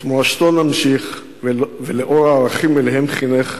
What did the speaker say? את מורשתו נמשיך, ולאור הערכים שעליהם חינך,